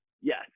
Yes